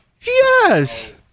Yes